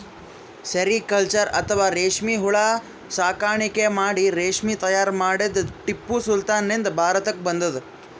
sericulture ಅಥವಾ ರೇಶ್ಮಿ ಹುಳ ಸಾಕಾಣಿಕೆ ಮಾಡಿ ರೇಶ್ಮಿ ತೈಯಾರ್ ಮಾಡದ್ದ್ ಟಿಪ್ಪು ಸುಲ್ತಾನ್ ನಿಂದ್ ಭಾರತಕ್ಕ್ ಬಂದದ್